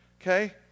okay